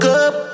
up